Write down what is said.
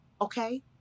Okay